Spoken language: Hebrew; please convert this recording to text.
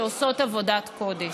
שעושות עבודת קודש.